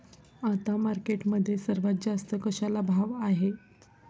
आता मार्केटमध्ये सर्वात जास्त कशाला भाव आहे?